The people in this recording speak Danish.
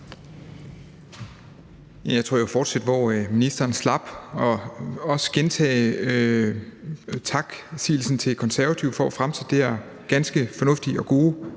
Jeg tror, jeg vil fortsætte, hvor ministeren slap, og jeg vil også gentage taksigelsen til Konservative for at fremsætte det her ganske fornuftige og gode